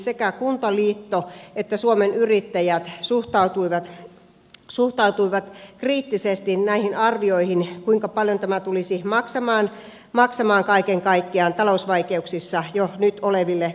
sekä kuntaliitto että suomen yrittäjät suhtautuivat kriittisesti näihin arvioihin kuinka paljon tämä tulisi maksamaan kaiken kaikkiaan talousvaikeuksissa jo nyt oleville kunnille